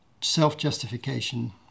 self-justification